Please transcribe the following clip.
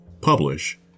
publish